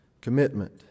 commitment